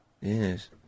Yes